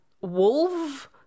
wolf